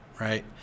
Right